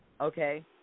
okay